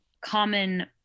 common